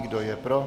Kdo je pro?